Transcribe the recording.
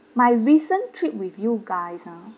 my recent trip with you guys ah